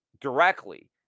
directly